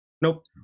Nope